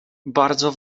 bardzo